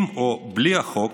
עם או בלי החוק,